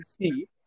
see